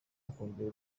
akongera